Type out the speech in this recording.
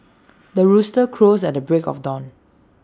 the rooster crows at the break of dawn